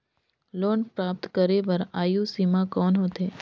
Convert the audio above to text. Loan प्राप्त करे बर आयु सीमा कौन होथे?